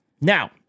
Now